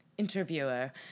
interviewer